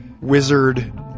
wizard